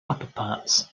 upperparts